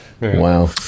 Wow